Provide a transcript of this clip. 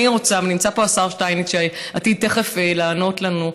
נמצא פה השר שטייניץ שעתיד תכף לענות לנו.